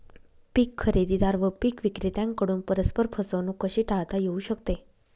पीक खरेदीदार व पीक विक्रेत्यांकडून परस्पर फसवणूक कशी टाळता येऊ शकते?